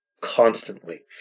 constantly